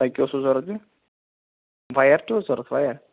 تۄہہِ کیٛاہ اوسوٕ ضروٗرت بیٚیہِ وَیَر تہِ اوس ضروٗرت وَیَر